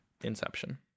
Inception